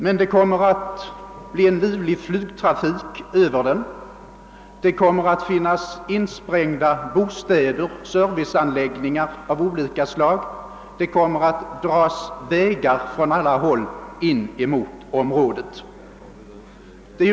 Men det måste bli en livlig flygtrafik över området, det kommer att finnas insprängda bostäder och serviceanläggningar av olika slag, och det kommer att dras vägar från alla håll in mot flygplatsen.